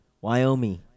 Wyoming